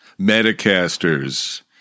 Metacasters